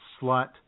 slut